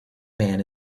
man